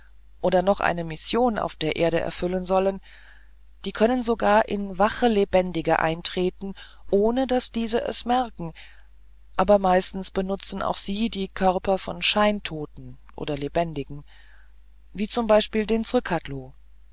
oder noch eine mission auf der erde erfüllen sollen die können sogar in wache lebendige eintreten ohne daß diese es merken aber meistens benutzen auch sie die körper von scheintoten oder lebendigen wie zum beispiel den